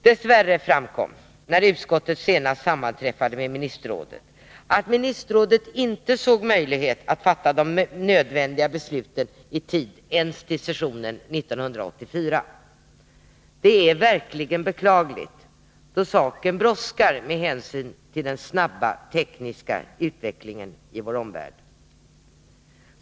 Dess värre framkom, när utskottet senast sammanträffade med ministerrådet, att ministerrådet inte såg någon möjlighet att kunna fatta de nödvändiga besluten i tid ens till sessionen 1984. Det är verkligen beklagligt, då saken brådskar med hänsyn till den snabba tekniska utvecklingen i vår omvärld.